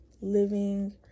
living